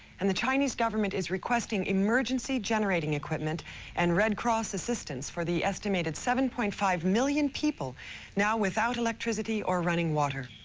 and the chinese government is requesting emergency generating equipment and red cross assistance for the estimated seven point five million people now without electricity or running water.